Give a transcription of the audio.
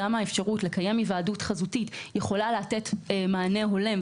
האפשרות לקיים היוועדות חזותית יכולה לתת מענה הולם,